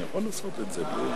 התשע"א 2011, נתקבל.